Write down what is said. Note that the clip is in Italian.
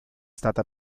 stata